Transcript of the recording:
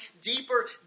deeper